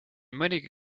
mõnigi